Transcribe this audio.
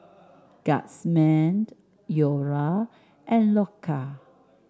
Guardsman Iora and Loacker